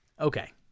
Okay